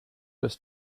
was